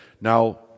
Now